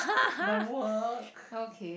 my work